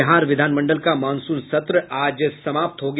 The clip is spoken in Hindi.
बिहार विधान मंडल का मॉनसून सत्र आज समाप्त हो गया